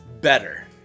better